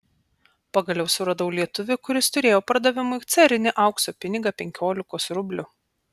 pagaliau suradau lietuvį kuris turėjo pardavimui carinį aukso pinigą penkiolikos rublių